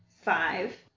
Five